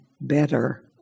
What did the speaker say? better